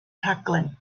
rhaglen